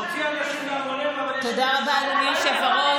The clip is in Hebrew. מוציא אנשים, תודה רבה, אדוני היושב-ראש.